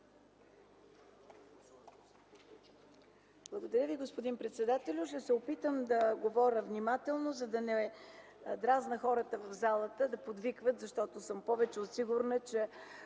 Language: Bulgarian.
Благодаря Ви, господин председател. Ще се опитам да говоря внимателно, за да не дразня хората в залата и да подвикват, защото съм повече от сигурна, че